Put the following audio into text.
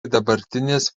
dabartinės